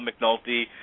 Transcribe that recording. McNulty